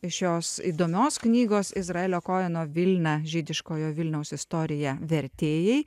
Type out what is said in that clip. šios įdomios knygos izraelio kojeno vilna žydiškojo vilniaus istorija vertėjai